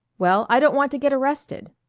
well, i don't want to get arrested.